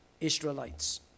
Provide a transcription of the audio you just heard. Israelites